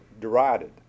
derided